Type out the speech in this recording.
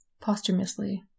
posthumously